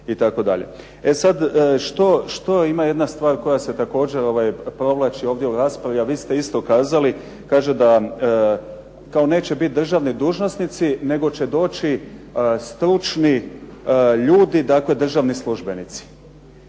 E sad, što ima jedna stvar koja se također provlači ovdje u raspravi a vi ste isto kazali. Kaže da, kao neće biti državni dužnosnici nego će doći stručni ljudi, dakle državni službenici.